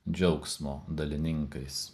džiaugsmo dalininkais